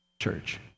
church